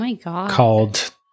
called